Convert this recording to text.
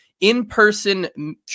in-person